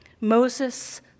Moses